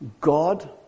God